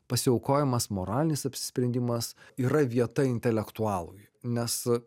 pasiaukojimas moralinis apsisprendimas yra vieta intelektualui nes